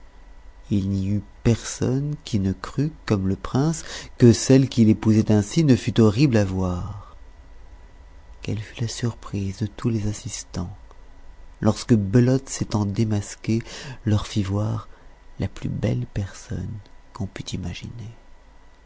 il n'y eut personne qui ne crût comme le prince que celle qu'il épousait ainsi ne fût horrible à voir quelle fut la surprise de tous les assistants lorsque belote s'étant démasquée leur fit voir la plus belle personne qu'on pût imaginer